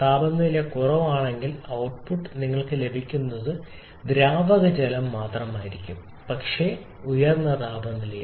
താപനില കുറവാണെങ്കിൽ ഔട്ട്പുട്ട് നിങ്ങൾക്ക് ലഭിക്കുന്നത് ദ്രാവക ജലം മാത്രമായിരിക്കും പക്ഷേ ഉയർന്ന താപനിലയിൽ